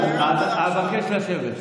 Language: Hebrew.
אבקש לשבת.